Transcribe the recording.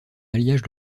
alliage